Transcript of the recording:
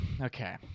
Okay